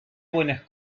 buenas